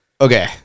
Okay